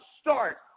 start